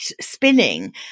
spinning